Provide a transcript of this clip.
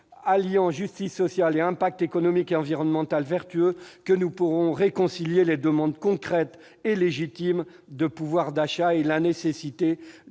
alliant justice sociale et impact économique et environnemental vertueux, que nous pourrons concilier les demandes légitimes de progression du pouvoir d'achat avec la nécessité